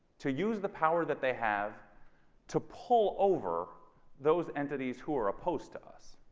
to use the power that they have to pull over those entities who are opposed to us